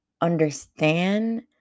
understand